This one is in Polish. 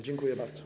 Dziękuję bardzo.